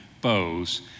bows